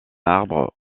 arbre